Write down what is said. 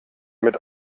mit